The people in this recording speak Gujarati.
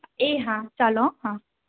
એ હા ચાલો હોં હા